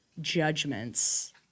judgments